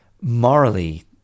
morally